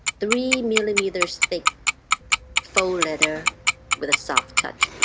three millimeters thick faux leather with a soft touch